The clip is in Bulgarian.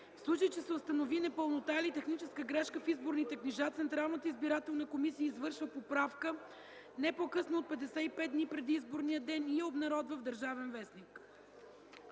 случай че се установи непълнота или техническа грешка в изборните книжа, Централната избирателна комисия извършва поправка не по-късно от 55 дни преди изборния ден и я обнародва в „Държавен вестник”.”